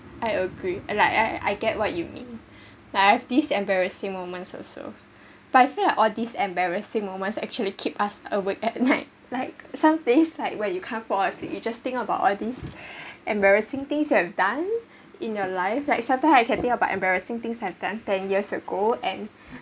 I agree like I I get what you mean like this embarrassing moments also but I feel like all these embarrassing moments actually keep us awake at night like some days like when you can't fall asleep you just think about all these embarrassing things you have done in your life like sometimes I can think about embarrassing things I’ve done ten years ago and